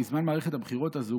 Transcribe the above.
בזמן מערכת הבחירות הזו,